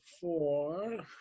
four